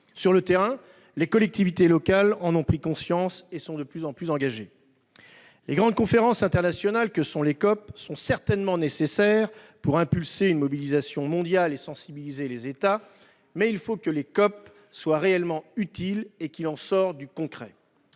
Sur le terrain, les collectivités locales en ont pris conscience et sont de plus en plus engagées. Les grandes conférences internationales que sont les COP sont certainement nécessaires pour impulser une mobilisation mondiale et sensibiliser les États. Encore faut-il qu'elles soient réellement utiles et aboutissent à du concret.